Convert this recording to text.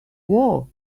war